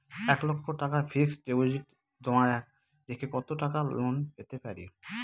এক লক্ষ টাকার fixed deposit জমা রেখে কত টাকা লোন পেতে পারি?